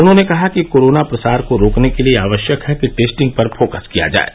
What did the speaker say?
उन्होंने कहा कि कोरोना प्रसार को रोकने के लिये आवश्यक है कि टेस्टिंग पर फोकस किया जाये